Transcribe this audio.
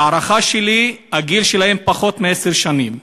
ההערכה שלי, הגיל שלהם פחות מעשר שנים.